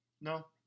No